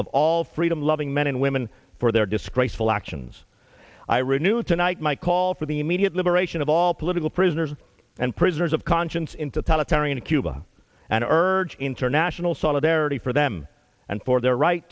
of all freedom loving men and women for their disgraceful actions i renew tonight my call for the immediate liberation of all political prisoners and prisoners of conscience into tearing into cuba and urge international solidarity for them and for their right